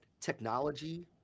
technology